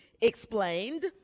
explained